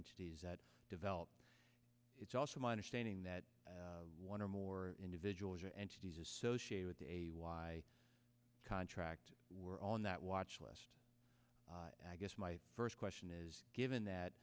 entities that develop it's also my understanding that one or more individuals or entities associated with a y contract were on that watch list i guess my first question is given that